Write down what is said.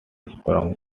from